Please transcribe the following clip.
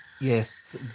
Yes